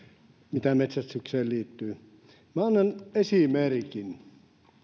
mikä metsästykseen liittyy minä annan esimerkin